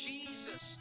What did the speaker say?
Jesus